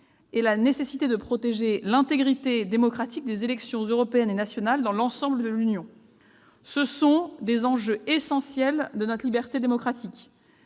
et la nécessité de protéger l'intégrité démocratique des élections européennes et nationales dans l'ensemble de l'Union européenne. Ce sont des enjeux essentiels pour notre liberté démocratique.